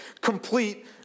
complete